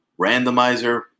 Randomizer